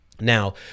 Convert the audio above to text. Now